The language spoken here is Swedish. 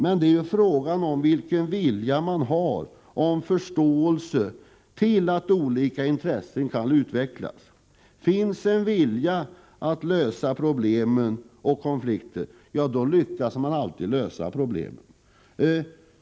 Men här är det fråga om vilken vilja man har, om man har förståelse för att olika intressen kan föreligga. Finns det en vilja att lösa problemen och konflikterna, lyckas man alltid med detta.